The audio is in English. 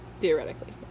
Theoretically